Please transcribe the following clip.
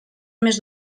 més